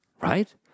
Right